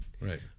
Right